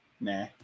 Nah